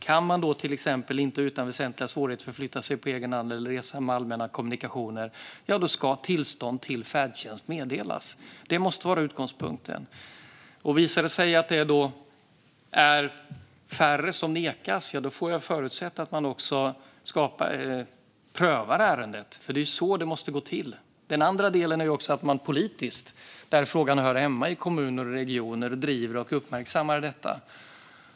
Kan en person inte utan väsentliga svårigheter förflytta sig på egen hand eller resa med allmänna kommunikationer ska tillstånd till färdtjänst meddelas. Det måste vara utgångspunkten. Visar det sig att det då är fler som nekas får jag förutsätta att man också prövar ärendet. Det är så det måste gå till. Den andra delen är att man politiskt i kommuner och regioner, där frågan hör hemma, driver och uppmärksammar detta.